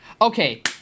okay